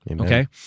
okay